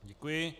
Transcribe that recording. Děkuji.